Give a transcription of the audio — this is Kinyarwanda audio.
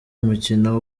umukino